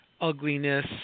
ugliness